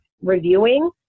reviewing